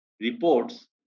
reports